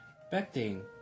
expecting